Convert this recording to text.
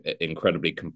incredibly